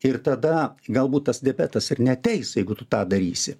ir tada galbūt tas diabetas ir neateis jeigu tu tą darysi